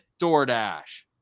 DoorDash